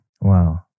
Wow